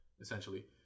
essentially